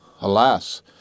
Alas